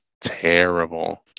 Terrible